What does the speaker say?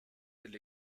del